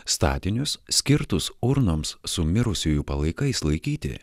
statinius skirtus urnoms su mirusiųjų palaikais laikyti